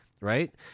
right